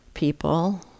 people